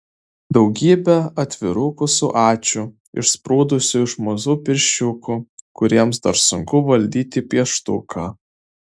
daugybė atvirukų su ačiū išsprūdusiu iš mažų pirščiukų kuriems dar sunku valdyti pieštuką